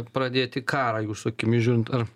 pradėti karą jūsų akimis žiūrint ar